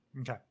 Okay